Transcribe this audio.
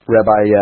Rabbi